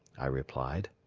i replied.